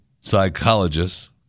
psychologists